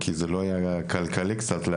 כי זה היה קצת לא כלכלי לעבוד.